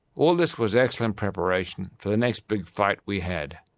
all this was excellent preparation for the next big fight we had